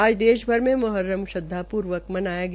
आज देश भर में मुहर्रम श्रद्वापूर्वक मनाया गया